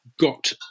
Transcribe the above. got